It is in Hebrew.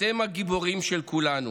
אתם הגיבורים של כולנו.